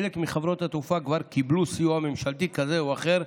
חלק מחברות התעופה כבר קיבלו סיוע ממשלתי כזה או אחר,